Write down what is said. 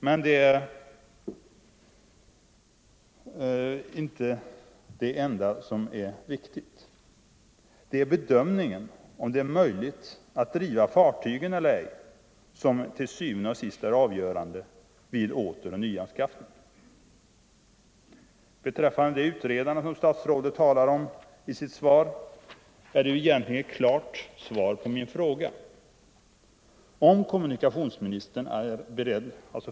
Men det är inte det enda som är viktigt. Det är bedömningen av Om stöd åt den om det är möjligt att driva fartygen eller ej som til syvende og sidst mindre sjöfarten är avgörande vid återoch nyanskaffning. Statsrådet talar så om vissa studier som bedrivs, och det är egentligen ett klart svar på min fråga.